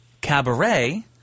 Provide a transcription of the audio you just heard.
Cabaret